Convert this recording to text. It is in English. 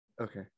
Okay